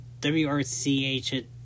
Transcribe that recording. WRCH